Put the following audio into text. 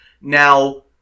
Now